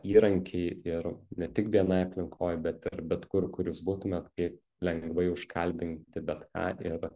įrankiai ir ne tik bni aplinkoj bet ir bet kur kur jūs būtumėt kaip lengvai užkalbinti bet ką ir